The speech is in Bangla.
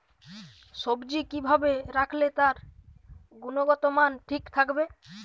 সবজি কি ভাবে রাখলে তার গুনগতমান ঠিক থাকবে?